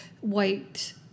white